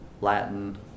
latin